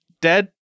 dead